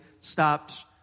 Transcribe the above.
stopped